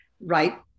right